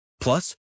Plus